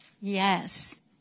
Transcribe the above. Yes